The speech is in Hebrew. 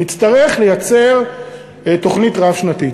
נצטרך לייצר תוכנית רב-שנתית.